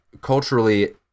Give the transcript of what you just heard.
culturally